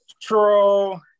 Troll